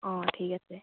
অ ঠিক আছে